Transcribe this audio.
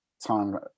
time